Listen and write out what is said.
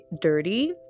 dirty